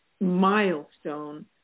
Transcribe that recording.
milestone